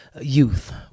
youth